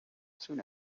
soon